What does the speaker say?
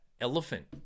elephant